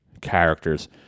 characters